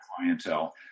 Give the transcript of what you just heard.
clientele